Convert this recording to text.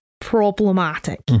problematic